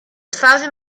twarzy